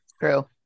True